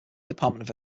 department